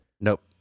Nope